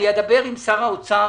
אדבר עם שר האוצר